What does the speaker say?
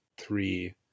three